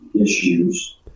issues